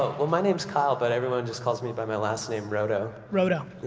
oh, my name's kyle, but everyone just calls me by my last name, rodo. rodo,